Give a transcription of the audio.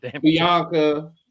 Bianca